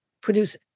produce